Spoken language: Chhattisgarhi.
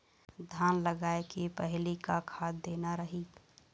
धान लगाय के पहली का खाद देना रही?